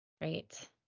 Great